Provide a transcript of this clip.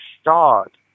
start